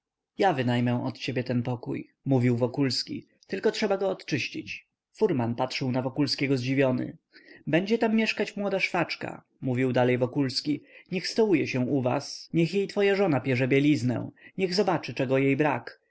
ja wynajmę od ciebie ten pokój mówił wokulski tylko trzeba go odczyścić furman patrzył na wokulskiego zdziwiony będzie tam mieszkać młoda szwaczka mówił dalej wokulski niech stołuje się u was niech jej twoja żona pierze bieliznę niech zobaczy czego jej brak